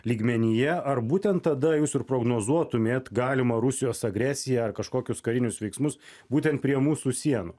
lygmenyje ar būtent tada jūs ir prognozuotumėt galimą rusijos agresiją ar kažkokius karinius veiksmus būtent prie mūsų sienų